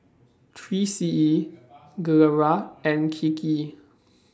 three C E Gilera and Kiki